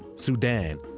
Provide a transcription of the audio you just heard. sudan,